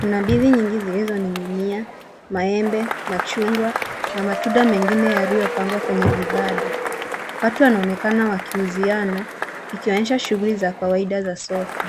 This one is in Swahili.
Kuna ndizi nyingi zilizoning'inia, maembe machungwa na matunda mengine yaliyopangwa kwenye vibanda. Watu wanaonekana wakiuziana ikionyesha shughuli za kawaida za soko.